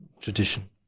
tradition